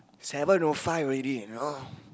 seven O five already eh you know